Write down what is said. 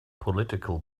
political